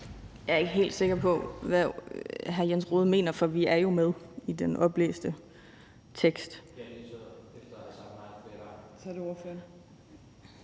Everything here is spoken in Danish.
Jeg er ikke helt sikker på, hvad hr. Jens Rohde mener, for vi er jo med i den oplæste